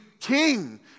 king